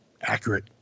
accurate